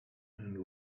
and